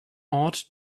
ought